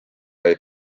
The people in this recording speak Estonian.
olid